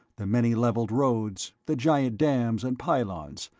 the many-leveled roads, the giant dams and pylons,